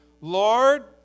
Lord